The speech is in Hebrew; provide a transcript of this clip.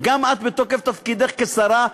גם את מתוקף תפקידך כשרה,